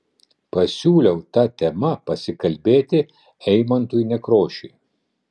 pasiūliau ta tema pasikalbėti eimuntui nekrošiui